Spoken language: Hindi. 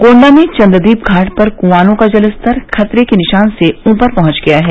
गोण्डा में चन्द्रदीप घाट पर क्आनों का जलस्तर खतरे के निशान से ऊपर पहुंच गया है